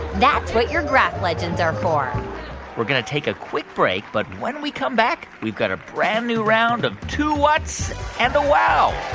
that's what your graph legends are for we're going to take a quick break. but when we come back, we've got a brand-new round of two whats and a wow.